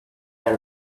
out